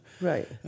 Right